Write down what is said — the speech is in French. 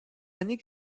années